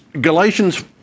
Galatians